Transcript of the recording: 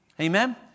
Amen